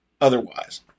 otherwise